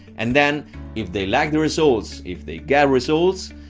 and then if they like the results if they get results,